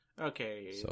Okay